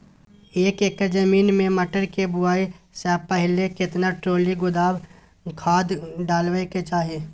एक एकर जमीन में मटर के बुआई स पहिले केतना ट्रॉली गोबर खाद डालबै के चाही?